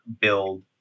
build